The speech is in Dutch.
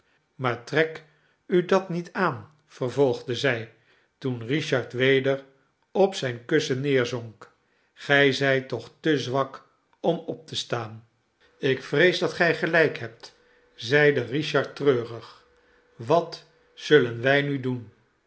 maar trek u dat niet aan vervolgde zij toen richard weder op zijn kussen neerzonk gij zijt toch te zwak om op te staan ik vrees dat gij gelijk hebt zeide richard treurig wat zullen wij nu doen